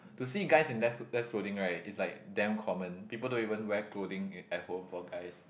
to see guys in less less clothing right is like damn common people don't even wear clothing it at home for guys